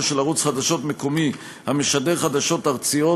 של ערוץ חדשות מקומי המשדר חדשות ארציות,